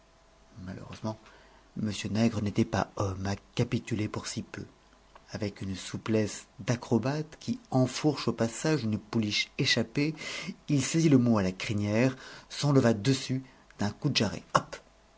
malheureusement m nègre n'était pas homme à capituler pour si peu avec une souplesse d'acrobate qui enfourche au passage une pouliche échappée il saisit le mot à la crinière s'enleva dessus d'un coup de jarret hop